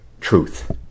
truth